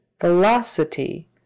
Velocity